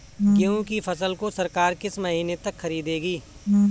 गेहूँ की फसल को सरकार किस महीने तक खरीदेगी?